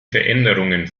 veränderungen